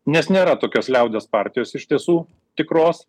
nes nėra tokios liaudies partijos iš tiesų tikros